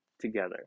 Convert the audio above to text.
together